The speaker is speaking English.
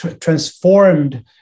transformed